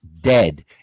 dead